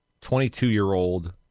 22-year-old